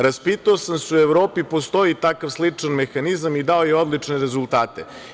Raspitao sam se, u Evropi postoji takav sličan mehanizam i dao je odlične rezultate.